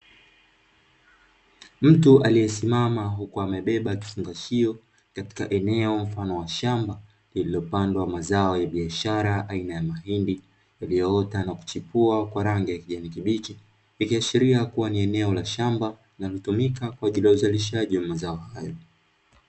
Mtu aliyesimama huku amabebeba kifungashio katika eneo mfano wa shamba liliyopandwa mazao ya biashara aina ha mahindi, yaliyoota na kuchipua kwa rangi ya kijani kibichi; ikiashiria kuwa ni eneo la shamba linalotumika kwa ajili ya uzalishaji wa mazao hayo.